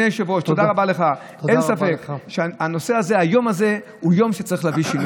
סכסוך הלכתי, או יש לו ביקורת